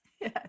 Yes